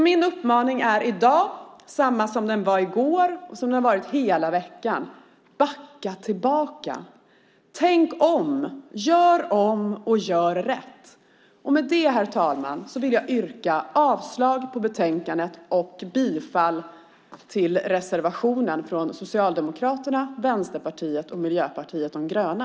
Min uppmaning är i dag samma som den var i går hela veckan: Backa tillbaka! Tänk om! Gör om, och gör rätt! Med detta, herr talman, vill jag yrka avslag på utskottets förslag i betänkandet och bifall till reservationen från Socialdemokraterna, Vänsterpartiet och Miljöpartiet de gröna.